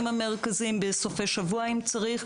בסופי שבוע אם צריך,